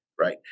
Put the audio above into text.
right